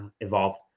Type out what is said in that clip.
evolved